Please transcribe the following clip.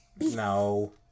no